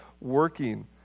working